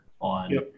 on